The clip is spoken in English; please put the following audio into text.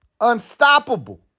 unstoppable